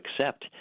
accept